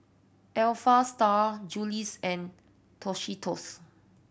Alpha Style Julie's and Tostitos